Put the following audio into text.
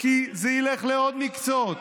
כי זה ילך לעוד מקצועות.